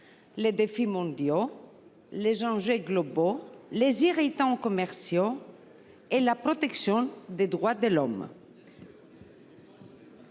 les défis mondiaux, les enjeux globaux, les irritants commerciaux et la protection des droits de l’homme.